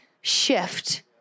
shift